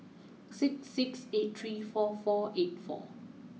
six six eight three four four eight four